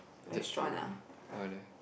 jackfruit lah why leh